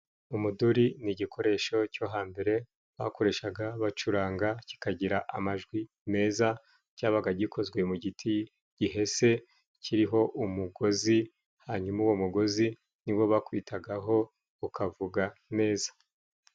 Umuduri ni igikoresho cyo hambere bakoreshaga bacuranga, kikagira amajwi meza, cyabaga gikozwe mu giti gihese kiriho umugozi hanyuma uwo mugozi niwo bakubitagaho ukavuga neza.